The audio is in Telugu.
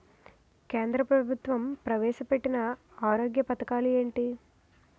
కేంద్ర ప్రభుత్వం ప్రవేశ పెట్టిన ఆరోగ్య పథకాలు ఎంటి?